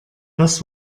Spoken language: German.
das